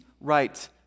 right